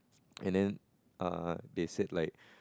and then uh they said like